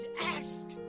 ask